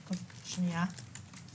רק על הטרדה מינית שנים 2018,